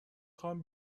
خوام